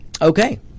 okay